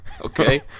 Okay